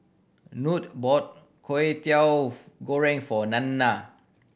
Nute bought Kway Teow Goreng for Nanna